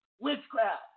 witchcraft